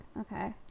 okay